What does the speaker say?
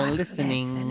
listening